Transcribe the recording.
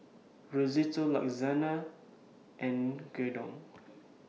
Risotto and Gyudon